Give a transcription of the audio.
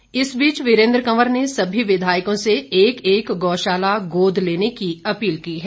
कंवर इस बीच वीरेन्द्र कंवर ने सभी विधायकों से एक एक गौशाला गोद लेने की अपील की है